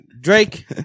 Drake